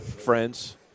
friends